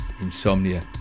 Insomnia